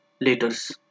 letters